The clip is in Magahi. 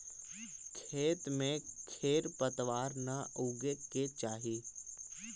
खेत में खेर पतवार न उगे के चाही